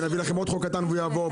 ונביא לכם עוד חוק קטן ויעבור,